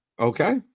Okay